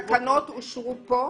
התקנות אושרו פה.